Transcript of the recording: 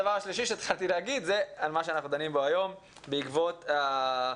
הדבר השלישי שהתחלתי להגיד זה על מה שאנחנו דנים בו היום בעקבות החשיפה,